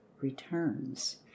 Returns